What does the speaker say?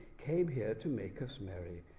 came here to make us merry!